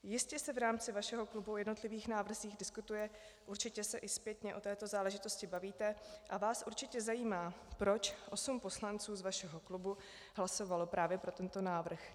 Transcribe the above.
Jistě se v rámci vašeho klubu o jednotlivých návrzích diskutuje, určitě se i zpětně o této záležitosti bavíte a vás určitě zajímá, proč osm poslanců z vašeho klubu hlasovalo právě pro tento návrh.